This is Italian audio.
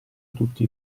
tutti